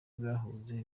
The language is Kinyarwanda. mwahunze